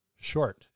short